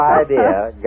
idea